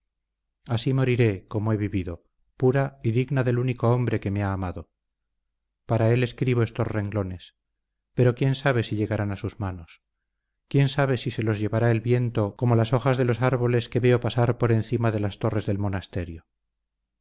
así moriré como he vivido pura y digna del único hombre que me ha amado para él escribo estos renglones pero quién sabe si llegarán a sus manos quién sabe si se los llevará el viento como las hojas de los árboles que veo pasar por encima de las torres del monasterio